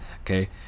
okay